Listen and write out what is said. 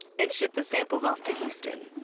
and ship the samples off to houston.